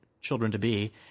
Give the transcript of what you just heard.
children-to-be